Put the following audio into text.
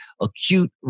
acute